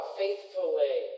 faithfully